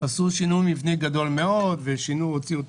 עשו שינוי מבני גדול מאוד והוציאו את